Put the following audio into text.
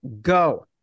go